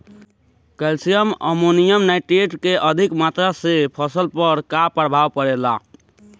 Calcium ammonium nitrate के अधिक मात्रा से फसल पर का प्रभाव परेला?